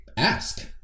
Ask